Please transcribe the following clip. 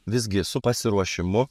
visgi su pasiruošimu